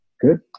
good